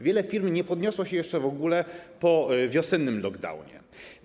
Wiele firm nie podniosło się jeszcze w ogóle po wiosennym lockdownie.